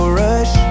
rush